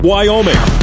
Wyoming